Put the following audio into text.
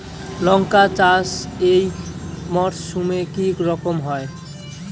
লঙ্কা চাষ এই মরসুমে কি রকম হয়?